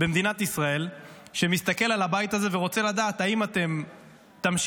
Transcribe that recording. במדינת ישראל שמסתכל על הבית הזה ורוצה לדעת: האם אתם תמשיכו